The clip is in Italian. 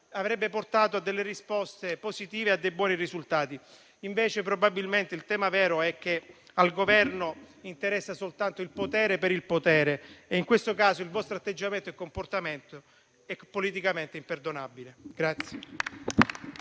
avrebbero portato a risposte positive e a buoni risultati. Invece, probabilmente il tema vero è che al Governo interessa soltanto il potere per il potere, ma, in questo caso, il vostro atteggiamento e comportamento sono politicamente imperdonabili.